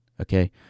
okay